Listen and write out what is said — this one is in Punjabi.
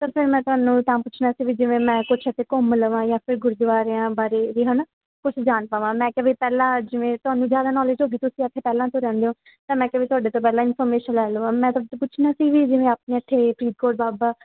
ਤਾਂ ਫਿਰ ਮੈਂ ਤੁਹਾਨੂੰ ਵੀ ਤਾਂ ਪੁੱਛਣਾ ਸੀ ਵੀ ਜਿਵੇਂ ਮੈਂ ਕੁਛ ਇੱਥੇ ਘੁੰਮ ਲਵਾਂ ਜਾਂ ਫਿਰ ਗੁਰਦੁਆਰਿਆਂ ਬਾਰੇ ਵੀ ਹੈ ਨਾ ਕੁਝ ਜਾਣ ਪਾਵਾਂ ਮੈਂ ਕਿਹਾ ਵੀ ਪਹਿਲਾਂ ਜਿਵੇਂ ਤੁਹਾਨੂੰ ਜ਼ਿਆਦਾ ਨੌਲੇਜ ਹੋਊਗੀ ਤੁਸੀਂ ਇੱਥੇ ਪਹਿਲਾਂ ਤੋਂ ਰਹਿੰਦੇ ਹੋ ਤਾਂ ਮੈਂ ਕਿਹਾ ਵੀ ਤੁਹਾਡੇ ਤੋਂ ਪਹਿਲਾਂ ਇਨਫੋਰਮੇਸ਼ਨ ਲੈ ਲਵਾਂ ਮੈਂ ਤੁਹਾਡੇ ਤੋਂ ਪੁੱਛਣਾ ਸੀ ਵੀ ਜਿਵੇਂ ਆਪਣੇ ਇੱਥੇ ਫਰੀਦਕੋਟ ਬਾਬਾ